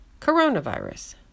Coronavirus